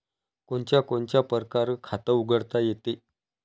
कोनच्या कोनच्या परकारं खात उघडता येते?